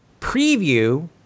preview